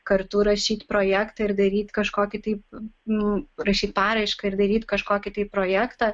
kartu rašyt projektą ir daryt kažkokį taip nu rašyt paraišką ir daryti kažkokį tai projektą